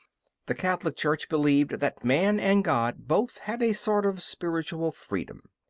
the catholic church believed that man and god both had a sort of spiritual freedom.